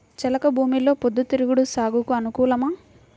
చెలక భూమిలో పొద్దు తిరుగుడు సాగుకు అనుకూలమా?